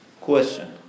question